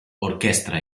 orchestra